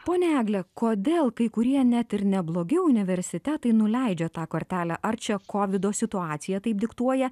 ponia egle kodėl kai kurie net ir neblogi universitetai nuleidžia tą kortelę ar čia kovido situaciją taip diktuoja